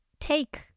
take